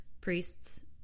priests